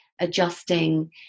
adjusting